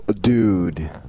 dude